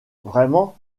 vraiment